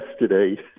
Yesterday